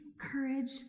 courage